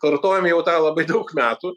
kartojam jau tą labai daug metų